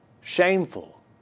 Shameful